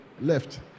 left